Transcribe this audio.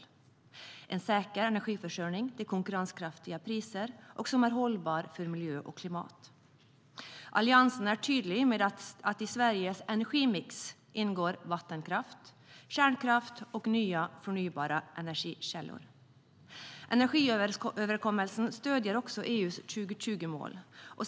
De innebär en säker energiförsörjning till konkurrenskraftiga priser och som är hållbar för miljö och klimat. Alliansen är tydlig med att det i Sveriges energimix ingår vattenkraft, kärnkraft och nya förnybara energikällor. Energiöverenskommelsen stöder också EU:s 2020-mål.